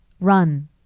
run